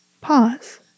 Pause